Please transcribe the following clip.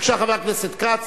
בבקשה, חבר הכנסת כץ.